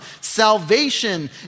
salvation